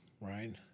right